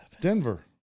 Denver